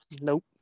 Nope